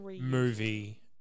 movie